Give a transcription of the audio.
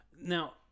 Now